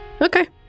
Okay